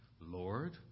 Lord